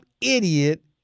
idiot